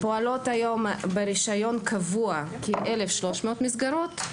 פועלות היום ברישיון קבוע כ-1,300 מסגרות.